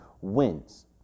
wins